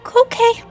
Okay